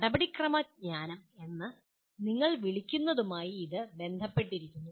നടപടിക്രമ വിജ്ഞാനം എന്ന് ഞങ്ങൾ വിളിക്കുന്നതുമായി ഇത് ബന്ധപ്പെട്ടിരിക്കുന്നു